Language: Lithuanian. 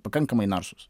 pakankamai narsūs